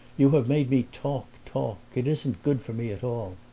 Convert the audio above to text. you have made me talk, talk! it isn't good for me at all.